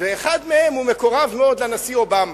ואחד מהם מקורב מאוד לנשיא אובמה.